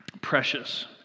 precious